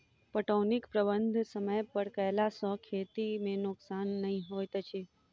पटौनीक प्रबंध समय पर कयला सॅ खेती मे नोकसान नै होइत अछि